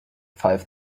five